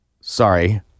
Sorry